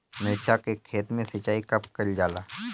मिर्चा के खेत में सिचाई कब कइल जाला?